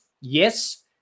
Yes